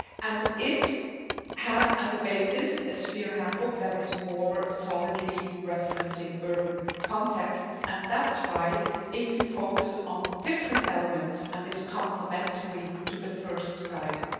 and it has as a basis a sphere handbook that is more solidly referencing urban contexts. and that's why it can focus on different elements and is complementary to the first guide.